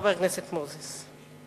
חבר הכנסת מוזס.